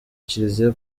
kiliziya